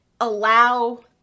allow